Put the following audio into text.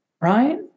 right